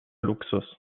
luxus